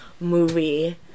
movie